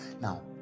now